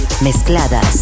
mezcladas